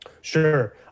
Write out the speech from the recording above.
Sure